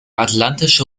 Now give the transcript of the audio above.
atlantische